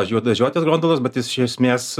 juodažiotis grondalas bet jis iš esmės